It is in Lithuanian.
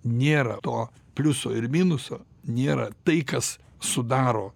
nėra to pliuso ir minuso nėra tai kas sudaro